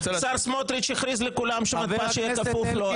השר סמוטריץ' הכריז לכולם שהמתפ"ש יהיה צפוף לו.